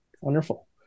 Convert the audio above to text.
Wonderful